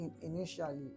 initially